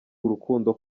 urukundo